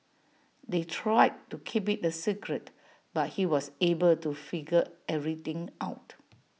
they tried to keep IT A secret but he was able to figure everything out